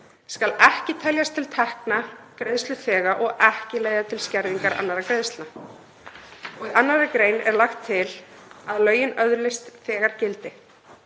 skal ekki teljast til tekna greiðsluþega og ekki leiða til skerðingar annarra greiðslna.“ Í 2. gr. er lagt til að lögin öðlist þegar gildi.